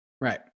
Right